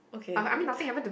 okay